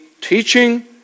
teaching